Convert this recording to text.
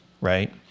right